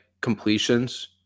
completions